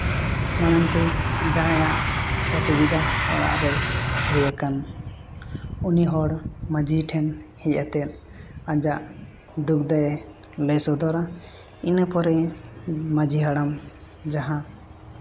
ᱢᱟᱲᱟᱝ ᱛᱮ ᱡᱟᱦᱟᱸᱭᱟᱜ ᱚᱥᱩᱵᱤᱫᱷᱟ ᱚᱲᱟᱜ ᱨᱮ ᱦᱳᱭ ᱟᱠᱟᱱ ᱩᱱᱤ ᱦᱚᱲ ᱢᱟᱹᱡᱷᱤ ᱴᱷᱮᱱ ᱦᱮᱡ ᱠᱟᱛᱮ ᱟᱡᱟᱜ ᱫᱩᱠ ᱫᱚᱭ ᱞᱟᱹᱭ ᱥᱚᱫᱚᱨᱟ ᱤᱱᱟᱹ ᱯᱚᱨᱮ ᱢᱟᱹᱡᱷᱤ ᱦᱟᱲᱟᱢ ᱡᱟᱦᱟᱸ